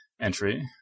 entry